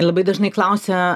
labai dažnai klausia